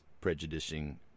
prejudicing